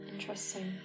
Interesting